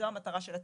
זו המטרה של הצוות.